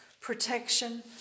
protection